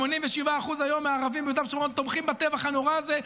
87% היום מהערבים ביהודה ושומרון תומכים בטבח הנורא הזה.